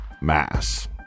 Mass